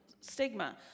stigma